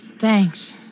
Thanks